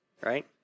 right